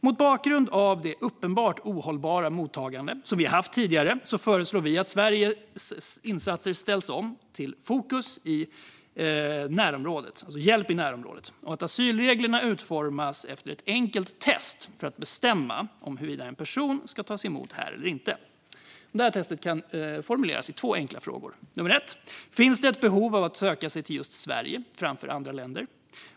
Mot bakgrund av det uppenbart ohållbara mottagande som vi har haft tidigare föreslår vi att Sveriges insatser ställs om till fokus på hjälp i närområdet och att asylreglerna utformas efter ett enkelt test för att bestämma huruvida en person ska tas emot här eller inte: Finns det ett behov att söka sig till just Sverige framför andra länder?